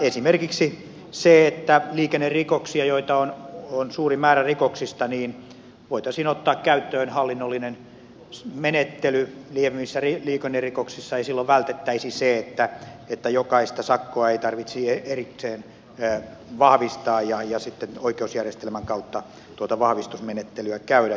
esimerkiksi liikennerikoksissa joita on suuri määrä rikoksista voitaisiin ottaa käyttöön hallinnollinen menettely lievemmissä liikennerikoksissa ja silloin vältettäisiin se että jokaista sakkoa tarvitsisi erikseen vahvistaa ja sitten oikeusjärjestelmän kautta tuota vahvistusmenettelyä käydä